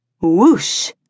whoosh